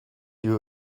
you